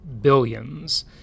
Billions